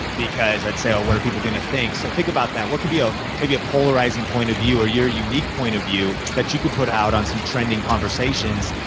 because i'd say oh what are people gonna think, so think about that. what could be ah maybe a polarizing point of view or your unique point of view, that you could put out on some trending conversations,